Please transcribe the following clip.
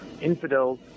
infidels